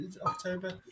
October